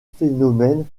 phonèmes